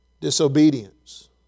disobedience